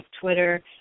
Twitter